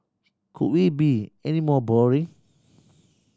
could we be any more boring